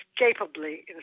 inescapably